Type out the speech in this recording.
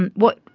and what,